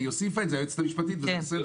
היועצת המשפטית הוסיפה את זה.